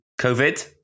Covid